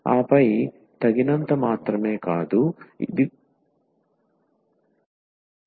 ఆపై తగినంత మాత్రమే కాదు ఇది కూడా అవసరం